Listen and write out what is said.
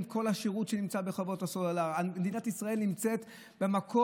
וכל השירות שנמצא בחוות הסלולר מדינת ישראל נמצאת במקום